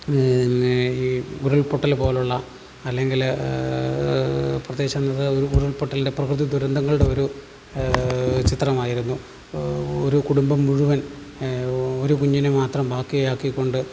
പിന്നെ ഈ ഉരുൾ പൊട്ടൽ പോലുള്ള അല്ലെങ്കിൽ പ്രത്യേകിച്ചെന്നത് ഉരുൾപൊട്ടലിൻ്റെ പ്രകൃതി ദുരന്തങ്ങളുടെ ഒരു ചിത്രമായിരുന്നു ഒരു കുടുംബം മുഴുവൻ ഒരു കുഞ്ഞിനെ മാത്രം ബാക്കിയാക്കികൊണ്ട്